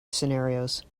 scenarios